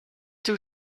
two